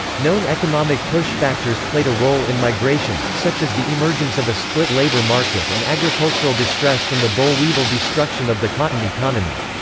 known economic push factors played a role in migration, such as the emergence of a split labor market and agricultural distress from the boll weevil destruction of the cotton economy.